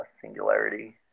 singularity